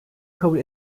kabul